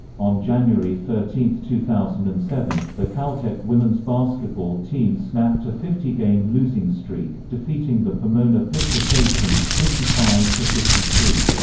on january thirteen, two thousand and seven, the caltech women's basketball team snapped a fifty game losing streak, defeating the pomona-pitzer sagehens fifty five fifty three.